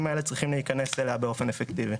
האלה צריכים להיכנס אליה באופן אפקטיבי.